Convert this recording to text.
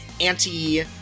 anti